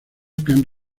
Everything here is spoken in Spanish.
kerrang